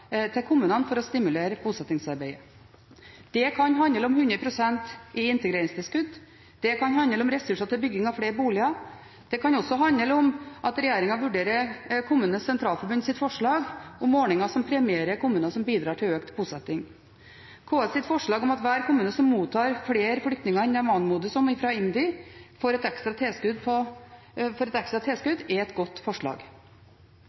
til kommunene for å stimulere bosettingsarbeidet. Det kan handle om 100 pst. i integreringstilskudd, det kan handle om ressurser til bygging av flere boliger, og det kan handle om at regjeringen vurderer KS’ forslag om ordninger som premierer kommuner som bidrar til økt bosetting. KS’ forslag om at hver kommune som mottar flere flyktninger enn de anmodes om fra IMDI, får et ekstra tilskudd, er et godt forslag. Økt mottak av flyktninger kommer også til å stille større krav til et